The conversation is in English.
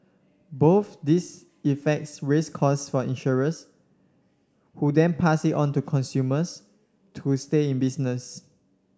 both these effects raise costs for insurers who then pass it on to consumers to stay in business